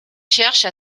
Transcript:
cherche